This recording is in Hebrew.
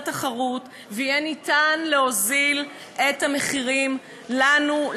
תחרות ויהיה ניתן להוזיל את המחירים לנו,